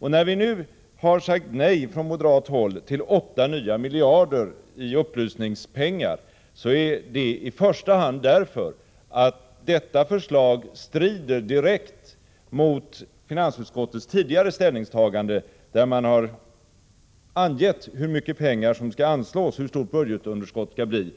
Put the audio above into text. När vi nu från moderat håll har sagt nej till 8 nya miljoner i upplysningspengar är det i första hand därför att detta förslag direkt strider mot finansutskottets tidigare ställningstagande, där man har angett hur mycket pengar som skall anslås och hur stort budgetunderskottet skall bli.